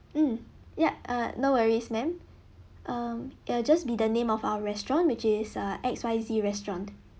mm yup err no worries ma'am um it'll just be the name of our restaurant which is err X Y Z restaurant